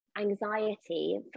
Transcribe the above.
anxiety